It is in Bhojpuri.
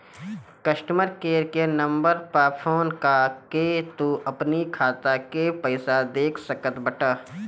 कस्टमर केयर के नंबर पअ फोन कअ के तू अपनी खाता के पईसा देख सकत बटअ